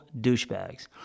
douchebags